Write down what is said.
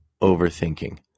overthinking